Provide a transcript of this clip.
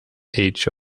age